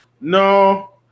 No